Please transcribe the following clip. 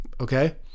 okay